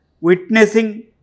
Witnessing